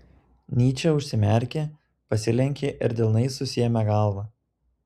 nyčė užsimerkė pasilenkė ir delnais susiėmė galvą